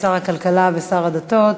שר הכלכלה ושר הדתות.